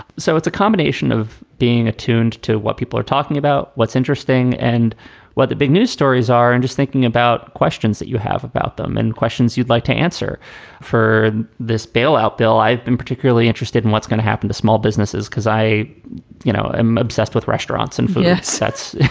so it's a combination of being attuned to what people are talking about, what's interesting and what the big news stories are, and just thinking about questions that you have about them and questions you'd like to answer for this bailout bill. i've been particularly interested in what's going to happen to small businesses because i know i'm obsessed with restaurants and feature sets.